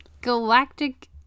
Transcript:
galactic